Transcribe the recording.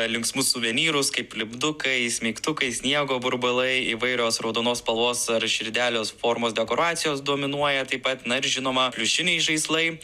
linksmus suvenyrus kaip lipdukai smeigtukai sniego burbulai įvairios raudonos spalvos ar širdelės formos dekoracijos dominuoja taip pat na ir žinoma pliušiniai žaislai